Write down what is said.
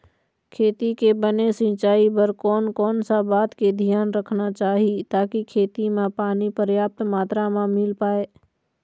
खेती के बने सिचाई बर कोन कौन सा बात के धियान रखना चाही ताकि खेती मा पानी पर्याप्त मात्रा मा मिल पाए?